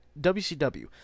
WCW